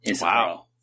Wow